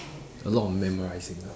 a lot of memorising ah